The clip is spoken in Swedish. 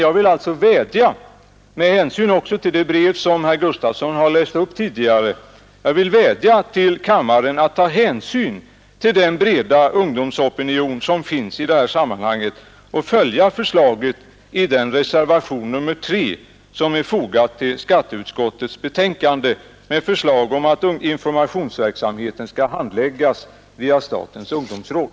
Jag vill alltså, med hänvisning också till det som herr Gustavsson i Nässjö har läst upp tidigare, vädja till kammaren att ta hänsyn till den breda ungdomsopinion som finns i detta avseende och följa förslaget i reservationen 3 vid skatteutskottets betänkande, med förslag om att informationsverksamheten skall handläggas via statens ungdomsråd.